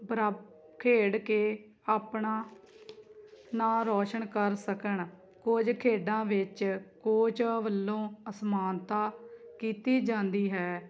ਖੇਡ ਕੇ ਆਪਣਾ ਨਾ ਰੋਸ਼ਨ ਕਰ ਸਕਣ ਕੁਝ ਖੇਡਾਂ ਵਿੱਚ ਕੋਚ ਵੱਲੋਂ ਅਸਮਾਨਤਾ ਕੀਤੀ ਜਾਂਦੀ ਹੈ